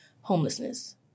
homelessness